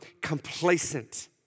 complacent